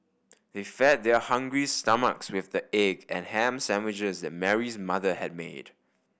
they fed their hungry stomachs with the egg and ham sandwiches that Mary's mother had made